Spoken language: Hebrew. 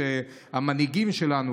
שהמנהיגים שלנו,